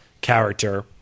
character